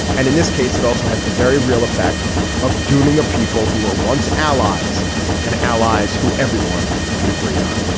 and in this case it also has the very real effect of dooming a people who are once allies and allies who everyone could agree on.